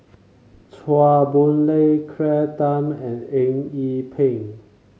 Chua Boon Lay Claire Tham and Eng Yee Peng